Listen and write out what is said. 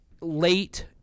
late